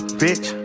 bitch